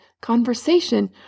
conversation